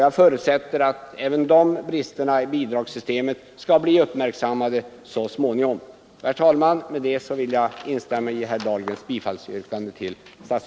Jag förutsätter att de påtalade bristerna i bidragssystemet även här så småningom uppmärksammas.